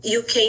uk